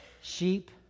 sheep